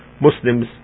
Muslims